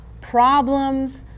problems